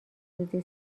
روزی